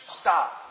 stop